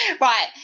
Right